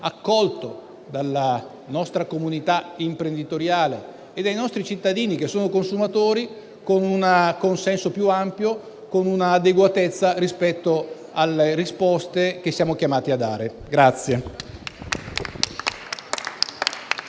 accolto dalla nostra comunità imprenditoriale e dai nostri cittadini, che sono consumatori, con un consenso più ampio e con un'adeguatezza rispetto alle risposte che siamo chiamati a dare.